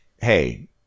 Hey